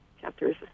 chapters